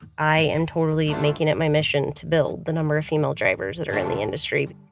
i am totally making it my mission to build the number of female drivers that are in the industry.